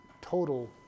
total